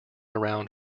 around